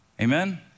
Amen